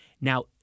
Now